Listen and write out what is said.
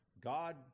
God